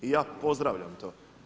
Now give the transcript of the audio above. I ja pozdravljam to.